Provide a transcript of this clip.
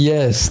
Yes